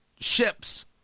ships